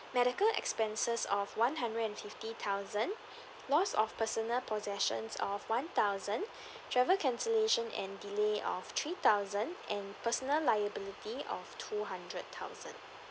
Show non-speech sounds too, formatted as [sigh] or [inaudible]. medical expenses of one hundred and fifty thousand loss of personal possessions of one thousand [breath] travel cancellation and delay of three thousand and personal liability of two hundred thousand